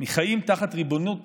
מחיים תחת ריבונות